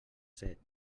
set